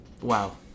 Wow